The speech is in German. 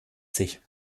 sich